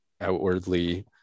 outwardly